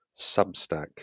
substack